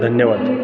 धन्यवाद